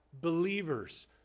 believers